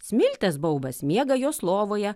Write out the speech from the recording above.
smiltės baubas miega jos lovoje